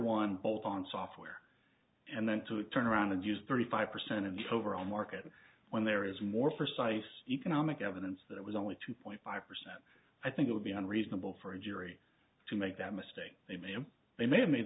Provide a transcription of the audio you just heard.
one bolt on software and then to turn around and use thirty five percent of the overall market when there is more precise economic evidence that it was only two point five percent i think it would be unreasonable for a jury to make that mistake they ma'am they may have made